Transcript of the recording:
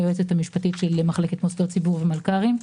היועצת המשפטית של מחלקת מוסדות ציבור ומלכ"רים.